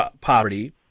poverty